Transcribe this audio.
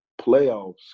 playoffs